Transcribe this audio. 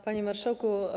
Panie Marszałku!